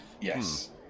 Yes